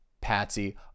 Patsy